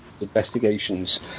investigations